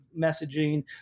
messaging